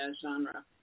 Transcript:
genre